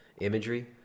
imagery